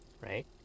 right